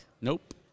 Nope